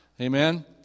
Amen